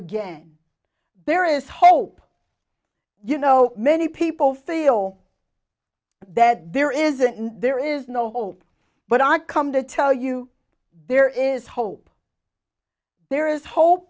again there is hope you know many people feel that there isn't there is no hope but i come to tell you there is hope there is ho